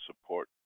support